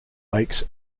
lakes